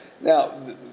Now